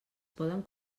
poden